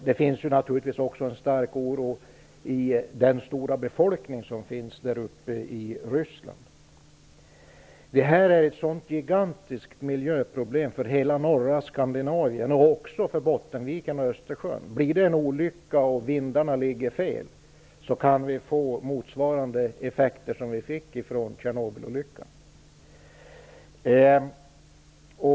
Det finns naturligtvis också en stark oro bland den stora befolkningen i detta område av Ryssland. Detta är ett gigantiskt miljöproblem för hela norra Skandinavien, och även för Bottenviken och Östersjön. Om det inträffar en olycka, och vindarna blåser från fel håll, kan vi effekter motsvarande Tjernobylolyckans.